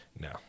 No